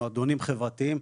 מועדונים חברתיים,